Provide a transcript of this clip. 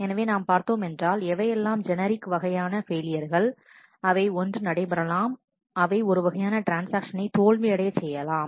எனவே நாம் பார்த்தோமென்றால் எவையெல்லாம் ஜெனரிக் வகை யான ஃபெயிலியர்கள் அவை ஒன்று நடைபெறலாம் அவை ஒரு வகையான ட்ரான்ஸ்ஆக்ஷனை தோல்வி அடையச் செய்யலாம்